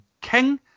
King